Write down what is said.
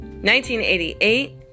1988